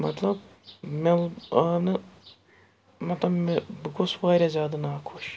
مطلب مےٚ آو نہٕ مطلب مےٚ بہٕ گوس واریاہ زیادٕ ناخۄش